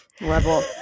level